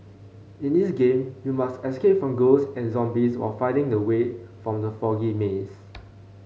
in this game you must escape from ghosts and zombies while finding the way out from the foggy maze